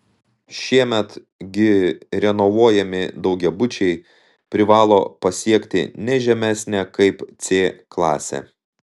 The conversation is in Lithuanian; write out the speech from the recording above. šiemet gi renovuojami daugiabučiai privalo pasiekti ne žemesnę kaip c klasę